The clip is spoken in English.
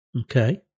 okay